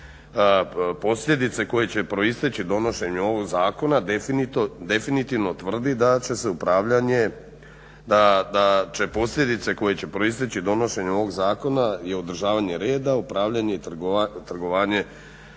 posljedice koje će proisteći donošenjem ovog zakona i održavanje reda upravljanje i trgovanje